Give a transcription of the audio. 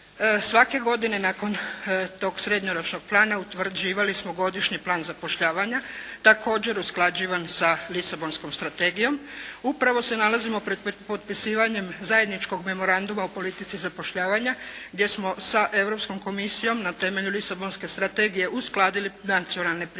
Svake godine nakon tog srednjoročnog plana utvrđivali smo godišnji plan zapošljavanja, također usklađivan sa Lisabonskom strategijom. Upravo se nalazimo pred potpisivanjem Zajedničkog memoranduma o politici zapošljavanja gdje smo sa Europskom komisijom na temelju Lisabonske strategije uskladili nacionalne prioritete.